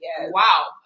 Wow